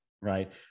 right